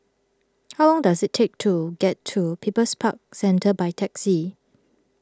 how long does it take to get to People's Park Centre by taxi